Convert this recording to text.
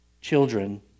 children